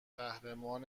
قهرمان